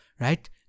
right